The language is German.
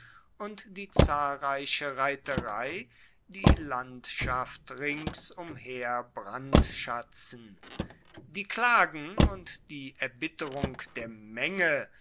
und die zahlreiche reiterei die landschaft rings umher brandschatzen die klagen und die erbitterung der menge